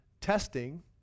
testing